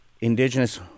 Indigenous